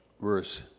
verse